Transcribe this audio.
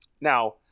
Now